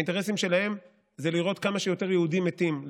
האינטרסים שלהם זה לראות כמה שיותר יהודים מתים,